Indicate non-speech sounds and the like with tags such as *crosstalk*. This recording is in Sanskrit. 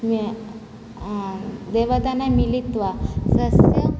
*unintelligible* देवतानां मिलित्वा स्वस्य